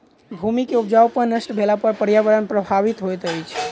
भूमि के उपजाऊपन नष्ट भेला पर पर्यावरण प्रभावित होइत अछि